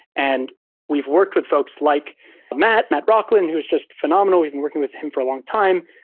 and we've worked with folks like matt, matt rocklin, who's just phenomenal. we've been working with him for a long time.